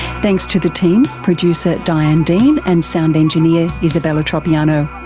thanks to the team, producer diane dean and sound engineer isabella tropiano.